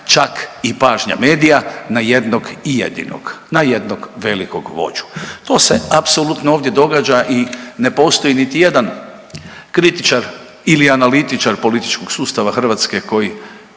čak i pažnja medija na jednog i jedinog, na jednog velikog vođu. To se apsolutno ovdje događa i ne postoji niti jedan kritičar ili analitičar političkog sustava Hrvatske koji